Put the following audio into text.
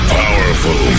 powerful